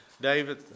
David